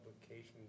publication